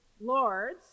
lords